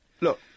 Look